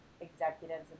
executives